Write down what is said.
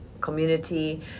community